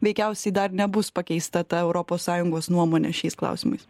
veikiausiai dar nebus pakeista ta europos sąjungos nuomonė šiais klausimais